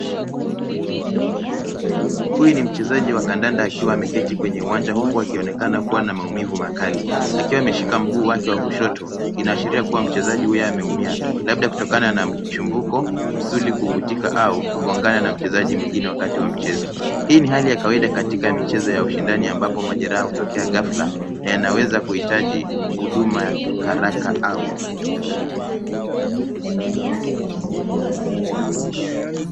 Huyu ni mchezaji wa kandanda akiwa ameketi kwenye uwanja huku akionekana kuwa na maumivu makali akiwa ameshika mguu wake wa kushoto inaashiria kuwa mchezaji huyo ameumia labda kutokana na mchimbuko, msuli kuvutika au kugongana na mchezaji mwingine wakati wa mchezo. Hii ni hali ya kawaida katika michezo ya ushindani amabapo majeraha hutokea ghafla na inaweza kuhitaji huduma harakaharaka au kitabibu.